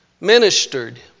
ministered